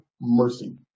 mercy